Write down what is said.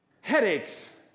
headaches